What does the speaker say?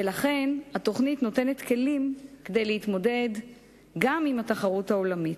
ולכן התוכנית נותנת כלים כדי להתמודד גם עם התחרות העולמית.